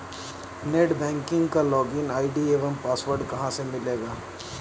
Net banking का login ID एवं password कहाँ से मिलेगा?